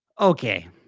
okay